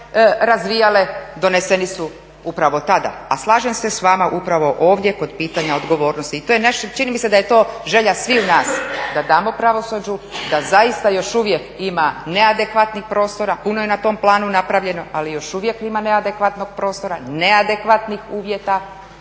razvijale, doneseni su upravo tada. A slažem se s vama, upravo ovdje kod pitanja odgovornosti. I to je nešto, čini mi se da je to želja sviju nas da damo pravosuđu da zaista još uvijek ima neadekvatnih prostora, puno je na tom planu napravljeno ali još uvijek ima neadekvatnog prostora, neadekvatnih uvjeta